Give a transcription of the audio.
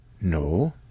No